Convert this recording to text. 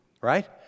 right